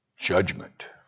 Judgment